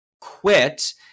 quit